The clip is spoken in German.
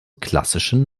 klassischen